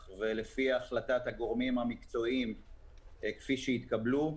ולפי החלטת הגורמים המקצועיים כפי שהתקבלו,